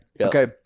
Okay